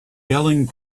yelling